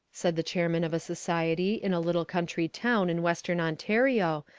said the chairman of a society in a little country town in western ontario,